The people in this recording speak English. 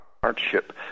hardship